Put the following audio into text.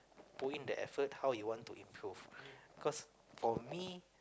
put in the effort how he want to improve cause for me